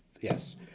yes